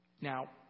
Now